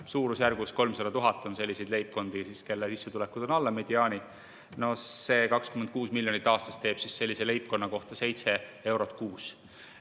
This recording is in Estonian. suurusjärgus 300 000 on selliseid leibkondi, kelle sissetulekud on alla mediaani, see 26 miljonit aastas teeb sellise leibkonna kohta seitse eurot kuus.